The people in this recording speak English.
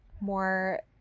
more